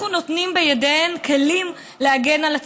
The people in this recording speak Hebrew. אנחנו נותנים בידיהן כלים להגן על עצמן.